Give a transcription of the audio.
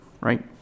right